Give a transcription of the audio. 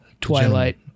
Twilight